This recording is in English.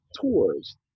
tours